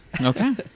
Okay